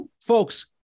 folks